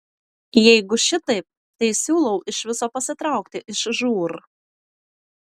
jeigu šitaip tai siūlau iš viso pasitraukti iš žūr